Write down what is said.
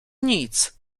nic